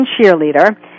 Cheerleader